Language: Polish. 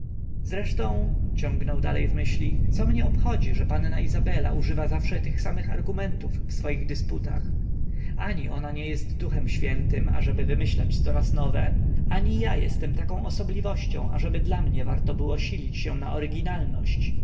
zresztą ciągnął dalej w myśli co mnie obchodzi że panna izabela używa zawsze tych samych argumentów w swoich dysputach ani ona nie jest duchem świętym ażeby wymyślać coraz nowe ani ja jestem taką osobliwością ażeby dla mnie warto było silić się na oryginalność